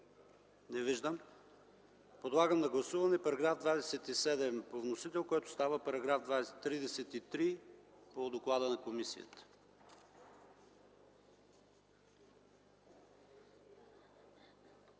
Не виждам. Подлагам на гласуване § 27 по вносител, който става § 33, по доклада на комисията.